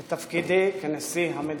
את תפקידי כנשיא המדינה.